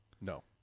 no